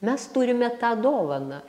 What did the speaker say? mes turime tą dovaną